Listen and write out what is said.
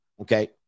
Okay